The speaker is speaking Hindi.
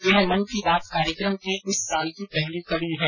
यह मन की बात कार्यक्रम की इस साल की पहली कड़ी है